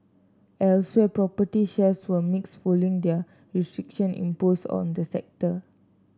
elsewhere property shares were mixed following new restriction imposed on the sector